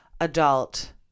adult